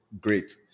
great